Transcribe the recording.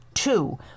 Two